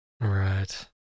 right